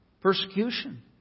persecution